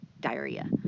diarrhea